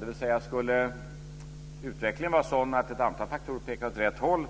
Om utvecklingen skulle vara sådan att ett antal faktorer pekar åt rätt håll